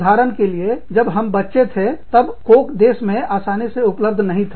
उदाहरण के लिए जब हम बच्चे थे तब कोक देश में आसानी से उपलब्ध नहीं था